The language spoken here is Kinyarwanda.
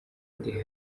indi